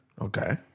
Okay